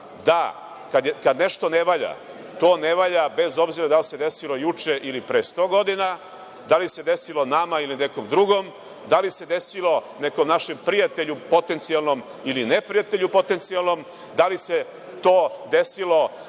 da kad nešto ne valja to ne valja, bez obzira da li se desilo juče ili pre 100 godina, da li se desilo nama ili nekom drugom, da li se desilo nekom našem prijatelju potencijalnom ili neprijatelju potencijalnom, da li se to desilo